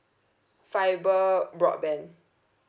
fibre broadband